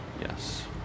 Yes